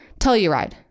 Telluride